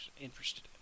interested